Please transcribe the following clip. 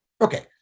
Okay